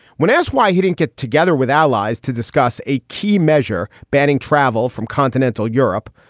when asked why he didn't get together with allies to discuss a key measure banning travel from continental europe,